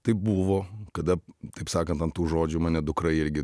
tai buvo kada taip sakant ant tų žodžių mane dukra irgi